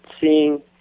seeing